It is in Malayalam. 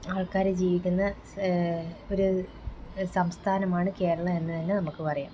ആള്ക്കാർ ജീവിക്കുന്ന ഒരു സംസ്ഥാനമാണ് കേരളം എന്ന് തന്നെ നമുക്ക് പറയാം